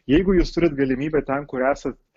jeigu jūs turit galimybę ten kur esat